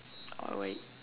alright